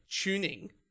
tuning